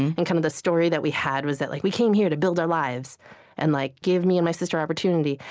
and kind of the story that we had was that like we came here to build our lives and like give me and my sister opportunity.